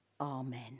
Amen